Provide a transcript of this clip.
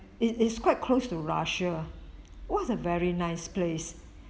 it is quite close to russia was a very nice place